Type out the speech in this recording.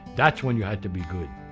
that's when you had to be good.